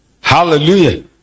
hallelujah